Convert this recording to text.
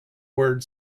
word